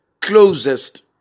closest